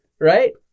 Right